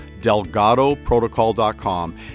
delgadoprotocol.com